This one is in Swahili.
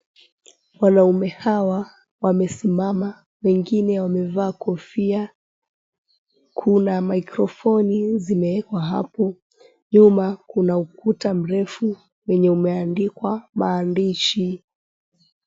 Wanaume hawa wamesimama wengine wamevaa kofia kuna mikrofoni zimewekwa hapo, nyuma kuna ukuta mrefu wenye umeandikwa maandishi.